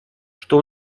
что